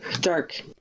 dark